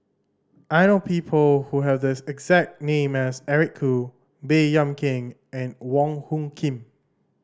I know people who have the exact name as Eric Khoo Baey Yam Keng and Wong Hung Khim